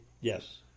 Yes